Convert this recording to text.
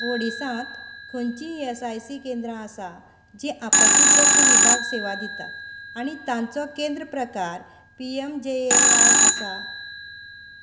ओडिसांत खंयचींय E S I C केंद्रां आसा जीं आपत्तीग्रस्त विभाग सेवा दितात आनी तांचो केंद्र प्रकार P M J A Y आसा